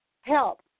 help